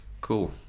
cool